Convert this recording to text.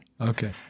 Okay